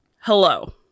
hello